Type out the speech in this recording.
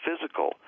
physical